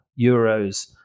euros